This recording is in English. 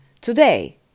today